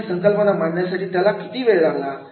एखादी संकल्पना मांडण्यासाठी त्याला किती वेळ लागला